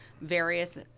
various